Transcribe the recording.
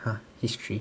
a history